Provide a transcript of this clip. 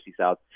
South